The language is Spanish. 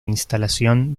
instalación